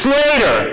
later